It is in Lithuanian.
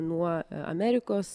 nuo amerikos